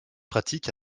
pratique